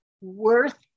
worth